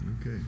Okay